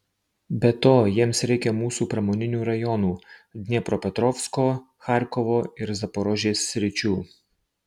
be to jiems reikia mūsų pramoninių rajonų dniepropetrovsko charkovo ir zaporožės sričių